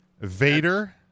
Vader